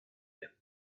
him